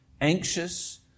anxious